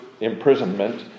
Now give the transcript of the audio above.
imprisonment